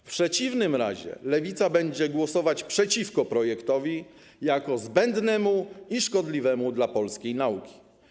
W przeciwnym razie Lewica będzie głosować przeciwko projektowi jako zbędnemu i szkodliwemu dla polskiej nauki.